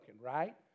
Right